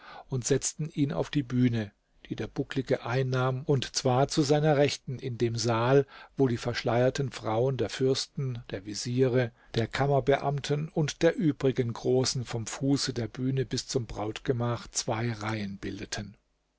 und setzten ihn auf die bühne die der bucklige einnahm und zwar zu seiner rechten in dem saal wo die verschleierten frauen der fürsten der veziere der kammerbeamten und der übrigen großen vom fuße der bühne bis zum brautgemach zwei reihen bildeten